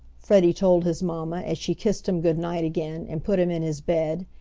freddie told his mamma as she kissed him good-night again and put him in his bed,